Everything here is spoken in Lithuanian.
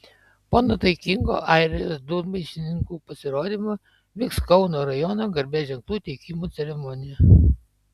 po nuotaikingo airijos dūdmaišininkų pasirodymo vyks kauno rajono garbės ženklų teikimo ceremonija